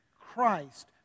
Christ